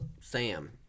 Sam